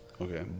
Okay